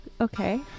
okay